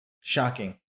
Shocking